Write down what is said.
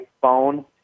phone